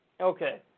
Okay